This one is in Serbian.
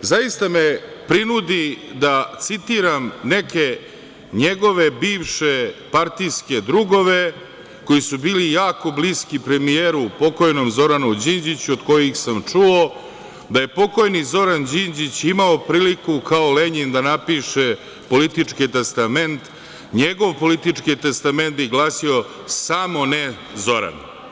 zaista me prinudi da citiram neke njegove bivše partijske drugove, koji su bili jako bliski pokojnom premijeru Zoranu Đinđiću, od kojih sam čuo da je pokojni Zoran Đinđić imao priliku kao Lenjin da napiše politički testament, njegov politički testament bi glasio – samo ne Zoran.